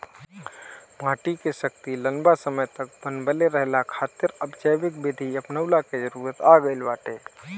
माटी के शक्ति लंबा समय तक बनवले रहला खातिर अब जैविक विधि अपनऊला के जरुरत आ गईल बाटे